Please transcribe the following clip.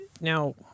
now